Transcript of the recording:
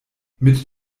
mit